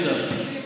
תיסלם.